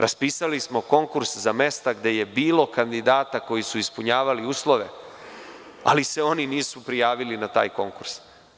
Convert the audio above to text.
Raspisali smo konkurs za mesta gde je bilo kandidata koji su ispunjavali uslove, ali se oni nisu prijavili na taj konkurs.